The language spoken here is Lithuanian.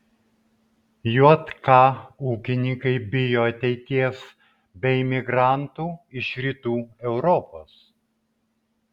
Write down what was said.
jk ūkininkai bijo ateities be imigrantų iš rytų europos